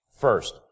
first